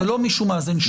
לא, זה לא מישהו מאזן שם.